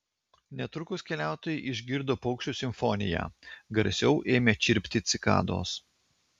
netrukus keliautojai išgirdo paukščių simfoniją garsiau ėmė čirpti cikados